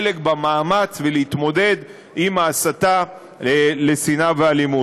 חלק במאמץ ולהתמודד עם ההסתה לשנאה ואלימות.